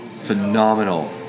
phenomenal